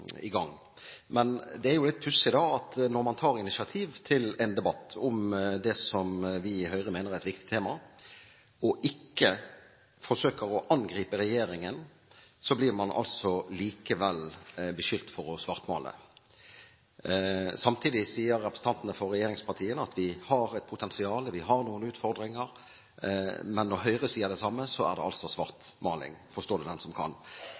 i gang. Men det er litt pussig at når man tar initiativ til en debatt om det som vi i Høyre mener er et viktig tema, og ikke forsøker å angripe regjeringen, blir man likevel beskyldt for å svartmale. Samtidig sier representantene for regjeringspartiene at vi har et potensial, vi har noen utfordringer, men når Høyre sier det samme, er det altså svartmaling. Forstå det den som kan!